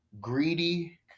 greedy